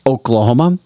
Oklahoma